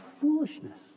foolishness